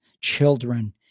children